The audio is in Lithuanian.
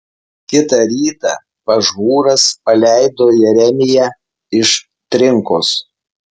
kitą rytą pašhūras paleido jeremiją iš trinkos